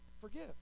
forgive